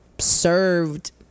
Served